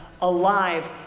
alive